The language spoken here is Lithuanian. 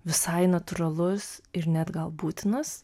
visai natūralus ir net gal būtinas